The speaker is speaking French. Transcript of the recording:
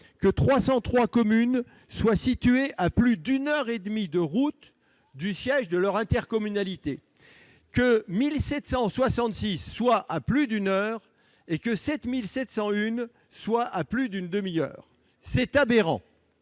que 303 communes soient situées à plus d'une heure et demie de route du siège de leur intercommunalité ; que 1 766 communes soient à plus d'une heure de ce point et que 7 701 autres soient à plus d'une demi-heure. C'est aberrant